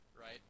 right